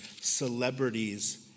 celebrities